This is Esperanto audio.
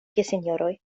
gesinjoroj